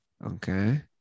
Okay